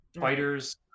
fighters